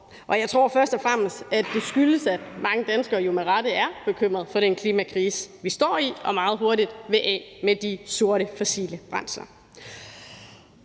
og jeg tror først og fremmest, at det skyldes, at mange danskere jo med rette er bekymrede for den klimakrise, vi står i, og meget hurtigt vil af med de sorte fossile brændsler.